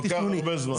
זה לוקח המון זמן.